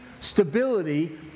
stability